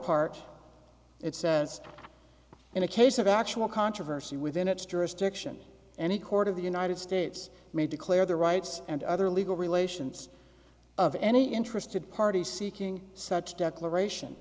part it says in a case of actual controversy within its jurisdiction any court of the united states may declare the rights and other legal relations of any interested party seeking such declaration